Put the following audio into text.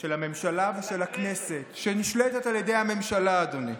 של הממשלה ושל הכנסת שנשלטת על ידי הממשלה, אדוני.